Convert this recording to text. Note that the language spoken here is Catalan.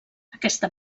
aquesta